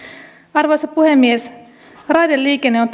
arvoisa puhemies raideliikenne on